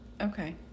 Okay